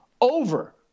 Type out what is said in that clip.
over